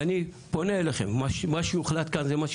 ואני פונה אליכם מה שיוחלט כאן זה מה שיהיה.